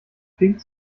fink